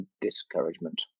discouragement